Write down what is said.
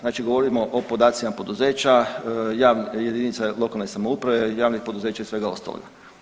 Znači govorimo o podacima poduzeća, jedinica lokalne samouprave, javnog poduzeća i svega ostalog.